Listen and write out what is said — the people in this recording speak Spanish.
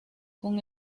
con